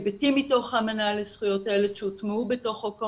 הבנתי מדיונים שהיו לנו שלפחות 30% מהנוער שמאובחן כנוער בסיכון,